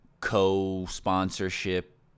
co-sponsorship